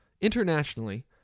Internationally